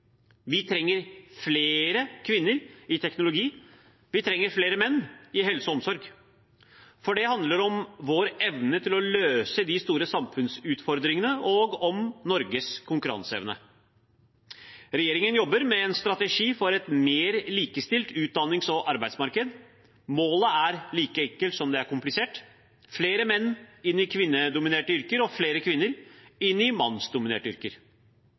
Vi trenger flere kvinner i teknologi, og vi trenger flere menn i helse- og omsorg, for det handler om vår evne til å løse de store samfunnsutfordringene og om Norges konkurranseevne. Regjeringen jobber med en strategi for et mer likestilt utdannings- og arbeidsmarked. Målet er like enkelt som det er komplisert: flere menn inn i kvinnedominerte yrker og flere kvinner inn i mannsdominerte yrker.